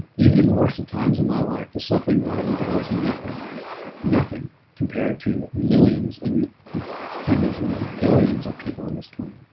even in the worst of times in my life the suffering that i have indoors nothing nothing compared to millions and hundreds and of billions of people on this planet.